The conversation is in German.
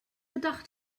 gedacht